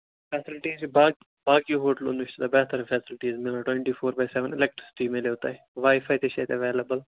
facilities چھِ با باقیو ہوٹلو نِش بہتر فیسَلٹیٖز میلان twenty four by seven electricity میلوٕ تۅہہِ واے فاے تہِ چھُ ییٚتہِ ایٚولیبٕل